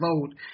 vote